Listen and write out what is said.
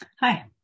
hi